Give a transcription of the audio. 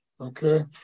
Okay